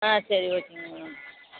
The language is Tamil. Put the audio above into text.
ஆ சரி ஓகேங்க